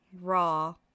raw